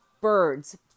Birds